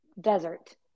desert